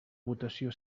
votació